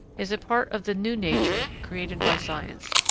is a part of the new nature created by science.